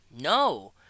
No